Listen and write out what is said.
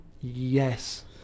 Yes